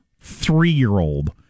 three-year-old